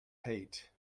hate